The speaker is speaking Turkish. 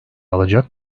alacak